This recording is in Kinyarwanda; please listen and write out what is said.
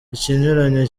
ikinyuranyo